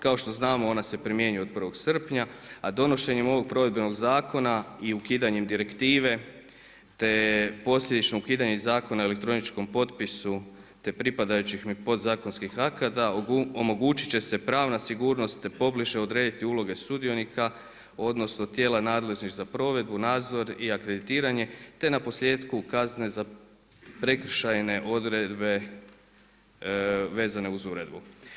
Kao što znamo ona se primjenjuje od 1. srpnja, a donošenjem ovog provedbenog zakona i ukidanjem direktive, te posljedično i ukidanje Zakona o elektroničkom potpisu te pripadajućih mi podzakonskih akata omogućit će se pravna sigurnost te pobliže odrediti uloge sudionika, odnosno tijela nadležnih za provedbu, nadzor i akreditiranje, te naposljetku kazne za prekršajne odredbe vezane uz uredbu.